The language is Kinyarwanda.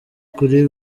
kuri